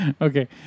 okay